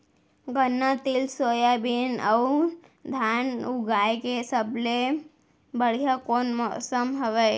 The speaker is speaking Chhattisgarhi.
गन्ना, तिल, सोयाबीन अऊ धान उगाए के सबले बढ़िया कोन मौसम हवये?